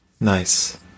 Nice